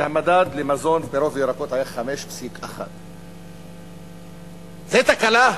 והמדד למזון, פירות וירקות היה 5.1%. זו תקלה?